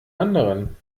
anderen